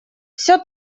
все